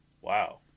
Wow